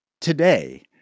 today